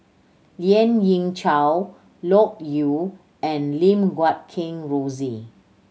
Lien Ying Chow Loke Yew and Lim Guat Kheng Rosie